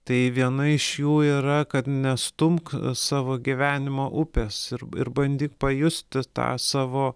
tai viena iš jų yra kad nestumk savo gyvenimo upės ir ir bandyk pajusti tą savo